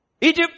Egypt